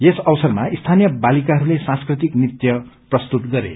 यस अवसरमा सीनीय बालिकाहरूले सांस्कृतिक नृत्य प्रस्तुत गरो